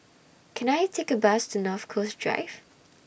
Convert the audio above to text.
Can I Take A Bus to North Coast Drive